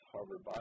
Harvard